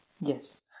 Yes